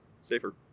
safer